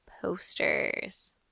posters